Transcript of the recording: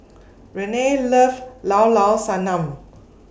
Renee loves Llao Llao Sanum